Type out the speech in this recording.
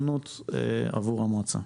זאת הזדמנות עבור המועצה.